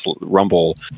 Rumble